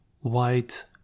white